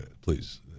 Please